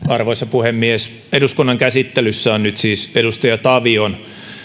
arvoisa puhemies eduskunnan käsittelyssä on nyt siis edustaja tavion